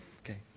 Okay